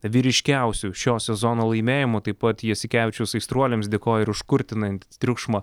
vyriškiausiu šio sezono laimėjimu taip pat jasikevičius aistruoliams dėkojo ir už kurtinantį triukšmą